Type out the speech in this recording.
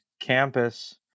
campus